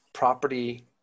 property